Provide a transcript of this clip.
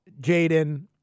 Jaden